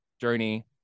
journey